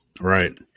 right